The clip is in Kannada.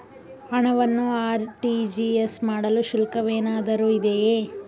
ಹಣವನ್ನು ಆರ್.ಟಿ.ಜಿ.ಎಸ್ ಮಾಡಲು ಶುಲ್ಕವೇನಾದರೂ ಇದೆಯೇ?